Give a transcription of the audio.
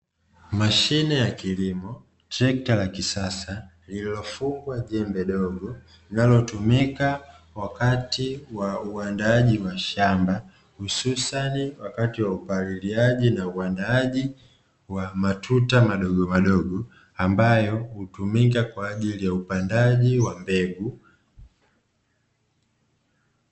Mashine ya kilimo, trekta la kisasa liliyofungwa jembe dogo linalotumika wakati wa uandaaji wa shamba, hususani wakati wa upaliliaji na uandaaji wa matuta madogo madogo, ambayo hutumika kwajili ya upandaji wa mbegu.